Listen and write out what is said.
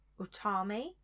Utami